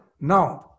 now